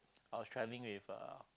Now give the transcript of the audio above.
I was travelling with uh